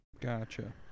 Gotcha